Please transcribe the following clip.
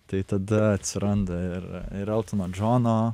tai tada atsiranda ir ir eltono džono